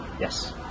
Yes